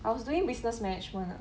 I was doing business management ah